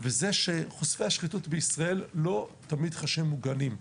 וזה שחושפי השחיתות בישראל לא תמיד חשים מוגנים.